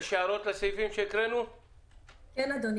אדוני.